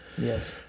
Yes